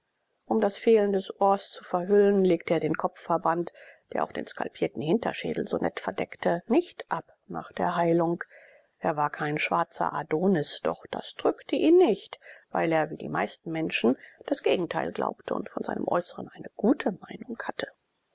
um das fehlen des ohrs zu verhüllen legte er den kopfverband der auch den skalpierten hinterschädel so nett verdeckte nicht ab nach der heilung er war kein schwarzer adonis doch das drückte ihn nicht weil er wie die meisten menschen das gegenteil glaubte und von seinem äußeren eine gute meinung hatte